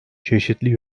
çeşitli